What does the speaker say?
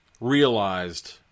realized